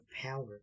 power